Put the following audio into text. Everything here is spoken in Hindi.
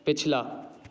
पिछला